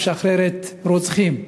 משחררת רוצחים.